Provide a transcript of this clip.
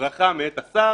ברכה מאת השר,